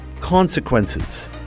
consequences